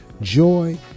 Joy